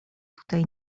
tutaj